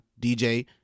DJ